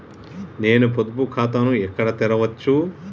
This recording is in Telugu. నేను పొదుపు ఖాతాను ఎక్కడ తెరవచ్చు?